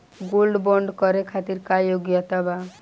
Gold bond करे खातिर का योग्यता बा?